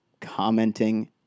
commenting